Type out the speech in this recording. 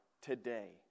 today